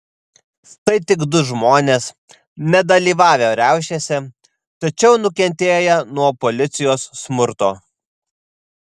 tai tik du žmonės nedalyvavę riaušėse tačiau nukentėję nuo policijos smurto